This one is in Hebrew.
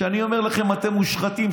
כשאני אומר לכם שאתם מושחתים,